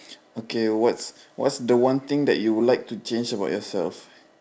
okay what's what's the one thing that you would like to change about yourself